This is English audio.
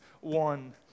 one